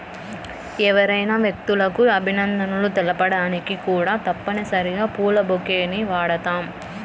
ఎవరైనా వ్యక్తులకు అభినందనలు తెలపడానికి కూడా తప్పనిసరిగా పూల బొకేని వాడుతాం